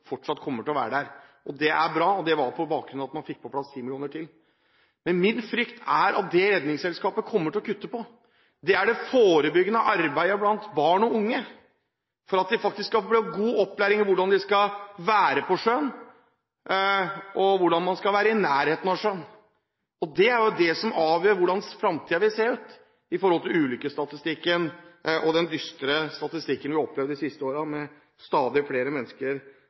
fortsatt kommer til å være der. Det er bra. Det var på bakgrunn av at man fikk på plass 10 mill. kr til. Min frykt er at der Redningsselskapet kommer til å kutte, er i det forebyggende arbeidet blant barn og unge, at man faktisk skal få god opplæring i hvordan man skal ferdes på sjøen, og hvordan man skal være i nærheten av sjøen. Det er det som avgjør hvordan fremtiden vil se ut med tanke på ulykkesstatistikken og den dystre statistikken vi har opplevd de siste årene, med stadig flere mennesker